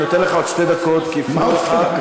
אני נותן לך עוד שתי דקות, כי הפריעו לך.